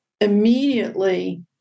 immediately